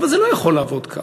אבל זה לא יכול לעבוד כך.